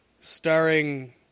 Starring